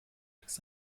das